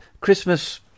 Christmas